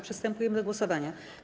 Przystępujemy do głosowania.